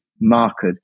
marked